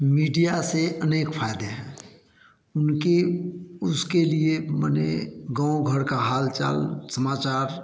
media से अनेक फायदे हैं उनके उसके लिए बने गाँव घर का हाल चाल समाचार